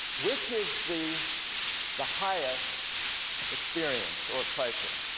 which is the the highest experience or pleasure?